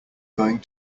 going